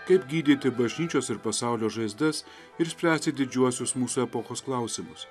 kaip gydyti bažnyčios ir pasaulio žaizdas ir spręsti didžiuosius mūsų epochos klausimus